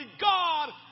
God